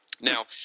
Now